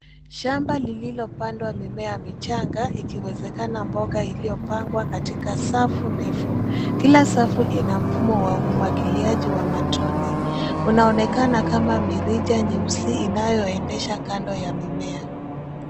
Shamba lililopandwa mimea michanga ikiwezekana mboga iliyopangwa katika safu ndefu. Kila safu ina mfumo wa umuagiliaji wa matone. Unaonekana kama mirija nyeusi inayoendesha kando ya mimea.